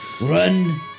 Run